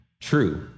true